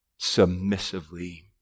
Submissively